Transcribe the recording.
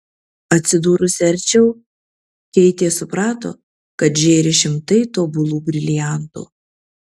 atsidūrusi arčiau keitė suprato kad žėri šimtai tobulų briliantų